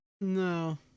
no